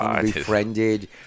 befriended